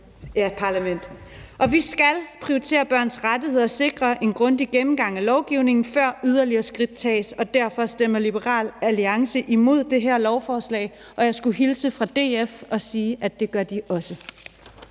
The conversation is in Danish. enige om, og vi skal prioritere børns rettigheder og sikre en grundig gennemgang af lovgivningen, før der tages yderligere skridt. Derfor stemmer Liberal Alliance imod det her lovforslag, og jeg skulle hilse fra DF og sige, at det gør de også.